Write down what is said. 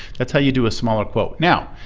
that's how you do a smaller quote. now,